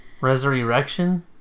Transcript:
Resurrection